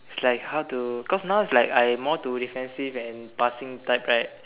it's like how to cause now it's like I am more to defensive and passing type right